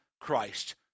Christ